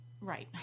Right